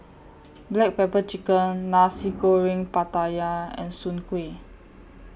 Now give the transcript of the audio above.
Black Pepper Chicken Nasi Goreng Pattaya and Soon Kway